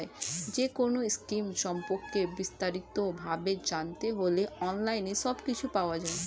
যেকোনো স্কিম সম্পর্কে বিস্তারিত ভাবে জানতে হলে অনলাইনে সবকিছু পাওয়া যায়